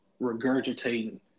regurgitating